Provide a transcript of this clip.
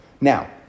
Now